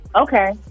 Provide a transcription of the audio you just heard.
okay